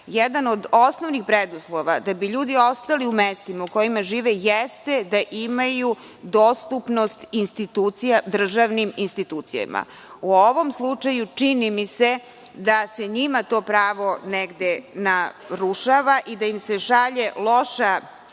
Jedan od osnovnih preduslova da bi ljudi ostali u mestima u kojima žive jeste da imaju dostupnost institucija, državnim institucijama. U ovom slučaju čini mi se da se njima to pravo negde narušava i da im se šalje loša